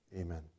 amen